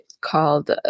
called